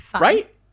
Right